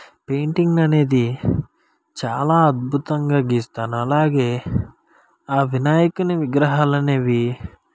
painting అనేది చాలా అద్భుతంగా గీస్తాను అలాగే ఆ వినాయకుని విగ్రహాలు అనేవి